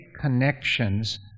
connections